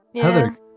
Heather